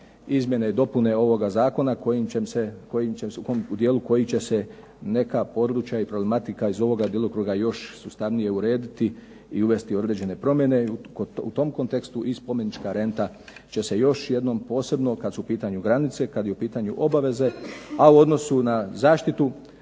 izmjene i dopune ovoga zakona kojim će se, u dijelu koji će se neka područja i problematika iz ovoga djelokruga još sustavnije urediti i uvesti određene promjene, i u tom kontekstu i spomenička renta će se još jednom posebno, kad su u pitanju granice, kad je u pitanju obaveze, a u odnosu na zaštitu